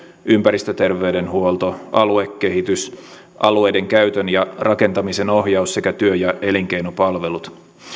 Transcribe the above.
ympäristöterveydenhuolto aluekehitys alueiden käytön ja rakentamisen ohjaus sekä työ ja elinkeinopalvelut